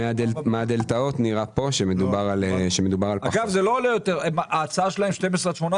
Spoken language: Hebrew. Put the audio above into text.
מה שיהיה הקריטריון לזכייה זה לא המחיר המרבי על הקרקע,